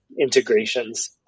integrations